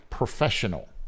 professional